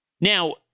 Now